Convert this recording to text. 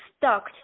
stuck